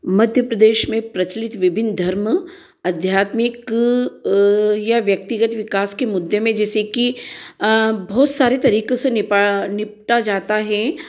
मध्य प्रदेश में प्रचलित विभिन्न धर्म आध्यात्मिक या व्यक्तिगत विकास के मुद्दे में जैसे कि बहुत सारे तरीकों से निपा निपटा जाता है